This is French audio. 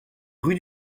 rue